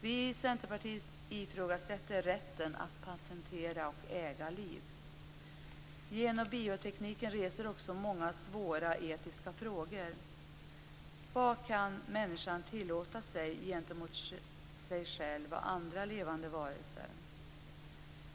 Vi i Centerpartiet ifrågasätter rätten att patentera och äga liv. Gen och biotekniken reser också många svåra etiska frågor. Vad kan människan tillåta sig gentemot sig själv och andra levande varelser?